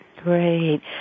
Great